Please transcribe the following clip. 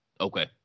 Okay